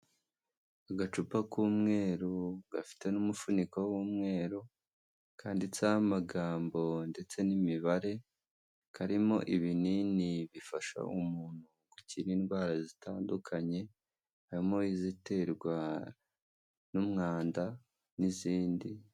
Agacupa k'umweru gafite n'umufuniko w'umweru, kanditseho amagambo ndetse n'imibare, karimo ibinini bifasha umuntu gukira indwara zitandukanye, harimo iziterwa n'umwanda n'izindi.